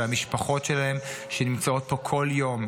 והמשפחות שלהם שנמצאות פה כל יום,